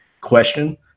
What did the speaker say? question